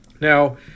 Now